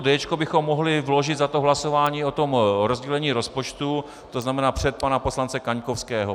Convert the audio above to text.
Déčko bychom mohli vložit za hlasování o rozdělení rozpočtu, tzn. před pana poslance Kaňkovského.